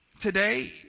Today